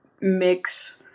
mix